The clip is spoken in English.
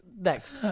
Next